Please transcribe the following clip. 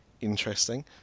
interesting